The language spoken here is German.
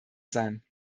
sein